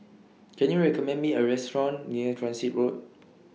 Can YOU recommend Me A Restaurant near Transit Road